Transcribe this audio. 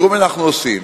תראו מה אנחנו עושים.